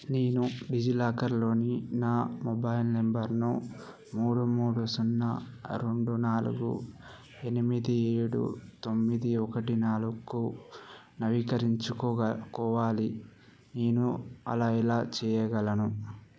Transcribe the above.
నేను డిజిలాకర్లోని నా మొబైల్ నెంబర్ను మూడు మూడు సున్నా రెండు నాలుగు ఎనిమిది ఏడు తొమ్మిది ఒకటి నాలుగుకు నవీకరించుకోవాలి నేను అలా ఎలా చేయగలను